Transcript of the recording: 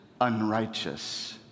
unrighteous